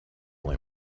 only